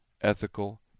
ethical